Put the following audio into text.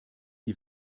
die